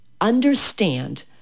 understand